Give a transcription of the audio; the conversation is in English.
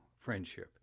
friendship